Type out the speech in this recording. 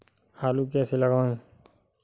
आलू कैसे लगाएँ?